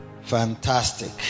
Fantastic